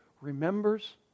remembers